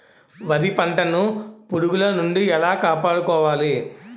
వరి పంటను పురుగుల నుండి ఎలా కాపాడుకోవాలి?